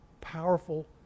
powerful